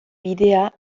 bidea